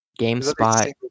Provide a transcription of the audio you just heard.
GameSpot